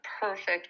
perfect